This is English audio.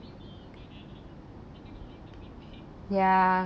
ya